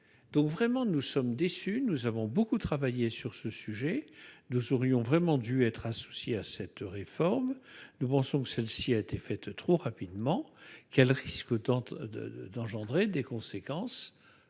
donc vraiment, nous sommes déçus, nous avons beaucoup travaillé sur ce sujet de serions vraiment dû être associés à cette réforme, nous pensons que celle-ci a été faite trop rapidement quels risques tente de d'engendrer des conséquences